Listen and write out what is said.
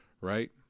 Right